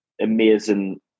amazing